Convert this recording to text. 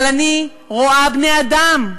אבל אני רואה בני-אדם,